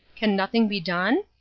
can nothing be done?